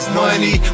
money